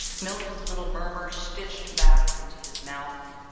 milton's little murmur stitched back into his mouth,